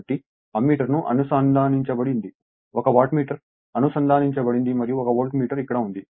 కాబట్టి అమ్మీటర్ అనుసంధానించబడింది 1 వాట్మీటర్ అనుసంధానించబడింది మరియు 1 వోల్టమీటర్ ఇక్కడ ఉంది